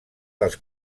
dels